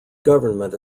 government